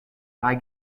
kaj